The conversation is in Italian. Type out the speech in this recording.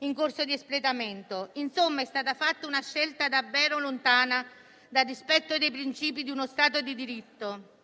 in corso di espletamento. Insomma, è stata fatta una scelta davvero lontana dal rispetto dei principi di uno stato di diritto.